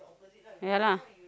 ya lah